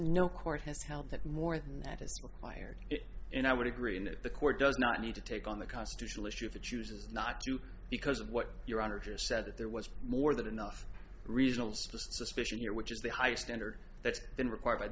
no court has held that more than that is required and i would agree in that the court does not need to take on the constitutional issue if it chooses not to because of what your honor just said that there was more than enough reasonable suspicion here which is the high standard that's been required by